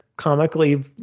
Comically